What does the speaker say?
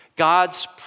God's